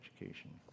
education